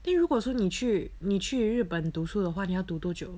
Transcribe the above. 一如果说你去你去日本读书的话你要读多久